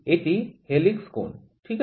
এটি হেলিক্স কোণ ঠিক আছে